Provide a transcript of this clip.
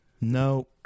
No